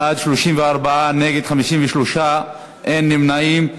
בעד, 34, נגד, 53, אין נמנעים.